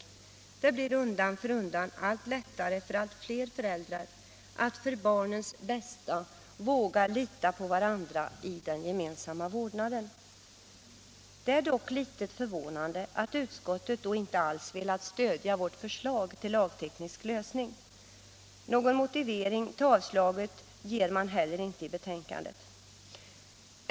Det blir undan för undan allt lättare för allt fler föräldrar att för barnens bästa våga lita på varandra i den gemensamma vårdnaden. Det är dock litet förvånande att utskottet inte alls velat stödja vårt förslag till lagteknisk lösning. Någon motivering till avstyrkandet ger man heller inte i betänkandet.